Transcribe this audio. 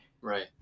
right